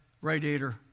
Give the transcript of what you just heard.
radiator